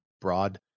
broad